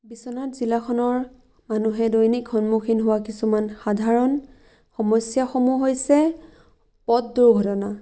বিশ্বনাথ জিলাখনৰ মানুহে দৈনিক সন্মুখীন হোৱা কিছুমান সাধাৰণ সমস্যাসমূহ হৈছে পথ দুৰ্ঘটনা